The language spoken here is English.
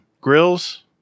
grills